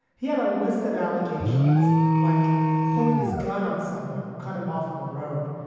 he had a list of allegations like pulling his gun on someone who cut him off on the road,